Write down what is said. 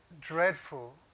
dreadful